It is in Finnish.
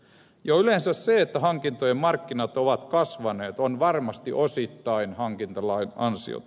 jo yleensä se että hankintojen markkinat ovat kasvaneet on varmasti osittain hankintalain ansiota